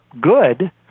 good